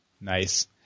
Nice